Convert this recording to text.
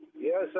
Yes